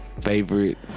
favorite